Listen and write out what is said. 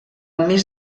més